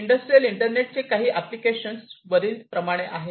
industrial इंटरनेटचे काही applications वरील प्रमाणे आहेत